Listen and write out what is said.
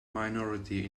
minority